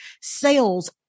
Sales